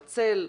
הצל,